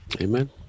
Amen